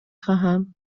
خواهم